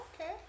Okay